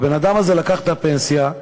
הבן-אדם הזה לקח את הפנסיה,